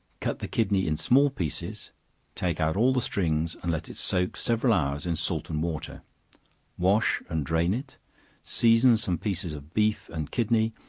cut the kidney in small pieces take out all the strings and let it soak several hours in salt and water wash and drain it season some pieces of beef and kidney,